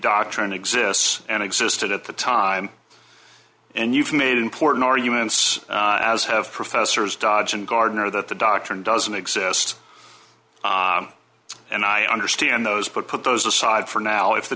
doctrine exists and existed at the time and you've made important arguments as have professors dodge and gardiner that the doctrine doesn't exist and i understand those but put those aside for now if the